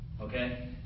Okay